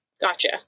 Gotcha